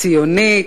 ציונית,